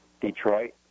Detroit